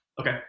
Okay